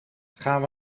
gaan